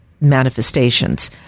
manifestations